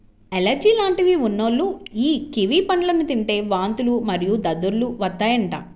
allergy లాంటివి ఉన్నోల్లు యీ కివి పండ్లను తింటే వాంతులు మరియు దద్దుర్లు వత్తాయంట